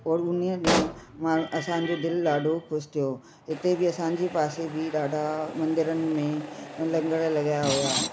और उन्हीअ ॾींहुं मां असांजो दिलि ॾाढो ख़ुशि थियो हिते बि असांजे पासे बि ॾाढा मंदिरनि में लंगर लॻिया हुया